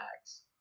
Max